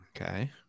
Okay